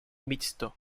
mixto